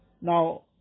Now